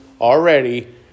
already